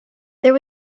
there